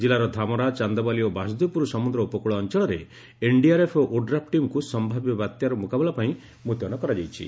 ଜିଲ୍ଲାର ଧାମରା ଚାନ୍ଦବାଲି ଓ ବାସୁଦେବପୁର ସମୁଦ୍ର ଉପକୂଳ ଅଞଳରେ ଏନ୍ଡିଆର୍ଏଫ୍ ଏବଂ ଓଡ୍ରାଫ୍ ଟିମ୍କୁ ସୟାବ୍ୟ ବାତ୍ୟାର ମୁକାବିଲା ପାଇଁ ମୁତୟନ କରାଯାଇଛି